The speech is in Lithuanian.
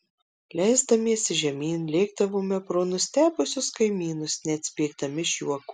leisdamiesi žemyn lėkdavome pro nustebusius kaimynus net spiegdami iš juoko